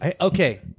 okay